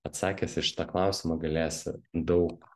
atsakęs į šitą klausimą galėsi daug